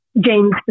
James